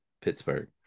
Pittsburgh